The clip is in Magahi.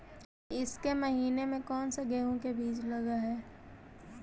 ईसके महीने मे कोन सा गेहूं के बीज लगे है?